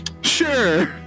Sure